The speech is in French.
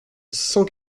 cent